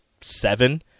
seven